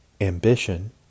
ambition